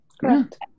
Correct